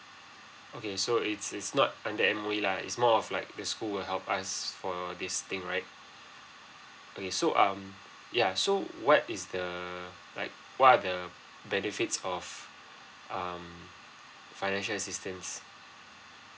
okay so it's it's not under M_O_E lah it's more of like the school will help us for this thing right okay so um ya so what is the like what are the benefits of um financial assistance